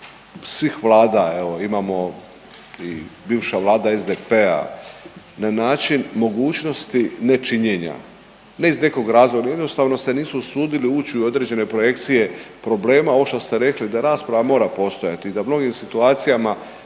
svih Vlada, evo imamo i bivša Vlada SDP-a na način mogućnosti nečinjenja, ne iz nekog razloga nego jednostavno se nisu usudili ući u određene projekcije problema, ovo što ste rekli da rasprava mora postojati i da u mnogim situacijama